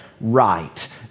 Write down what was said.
right